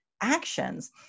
actions